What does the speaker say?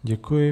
Děkuji.